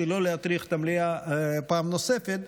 כדי לא להטריח את המליאה פעם נוספת,